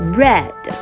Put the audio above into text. red